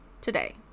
today